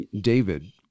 David